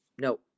no